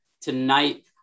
tonight